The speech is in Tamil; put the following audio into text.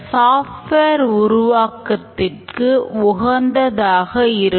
சாப்ட்வேர் உருவாக்கத்திற்கு உகந்ததாக இருக்கும்